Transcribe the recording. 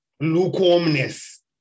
lukewarmness